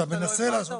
אתה מנסה לעשות.